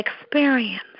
experience